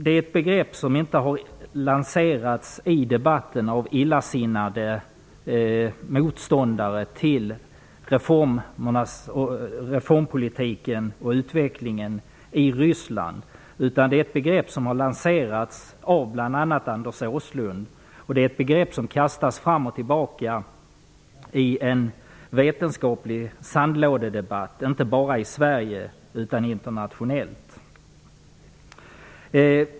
Det är ett begrepp som inte har lanserats i debatten av illasinnade motståndare till reformpolitiken och utvecklingen i Ryssland, utan som har lanserats av bl.a. Anders Åslund och som kastas fram och tillbaka i en vetenskaplig sandlådedebatt, inte bara i Sverige utan internationellt.